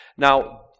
Now